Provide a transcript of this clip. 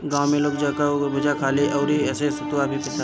गांव में लोग जौ कअ भुजा खाला अउरी एसे सतुआ भी पिसाला